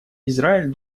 израиль